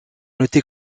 noter